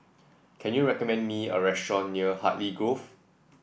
can you recommend me a restaurant near Hartley Grove